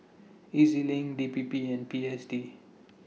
E Z LINK D P P and P S D